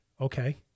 okay